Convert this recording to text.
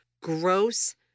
gross